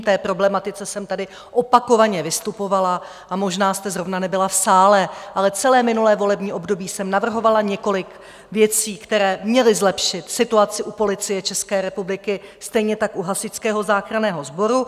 K té problematice jsem tady opakovaně vystupovala, a možná jste zrovna nebyla v sále, ale celé minulé volební období jsem navrhovala několik věcí, které měly zlepšit situaci u Policie České republiky, stejně tak u Hasičského záchranného sboru.